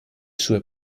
sue